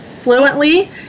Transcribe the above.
fluently